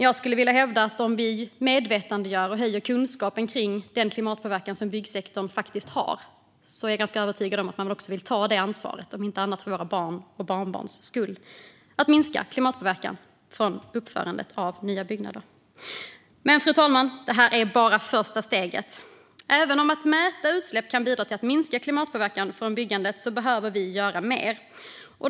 Jag skulle vilja hävda att om vi medvetandegör och höjer kunskapen kring den klimatpåverkan som byggsektorn faktiskt har vill man också ta detta ansvar. Jag är ganska övertygad om att man, om inte annat så för våra barns och barnbarns skull, vill ta ansvaret och minska klimatpåverkan från uppförandet av nya byggnader. Fru talman! Det här är dock bara första steget. Även om man kan minska klimatpåverkan från byggandet genom att mäta utsläpp behöver vi göra mer.